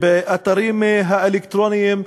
באתרים האלקטרוניים.